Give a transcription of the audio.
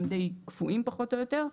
הם די קבועים פחות או יותר.